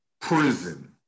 prison